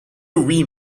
oui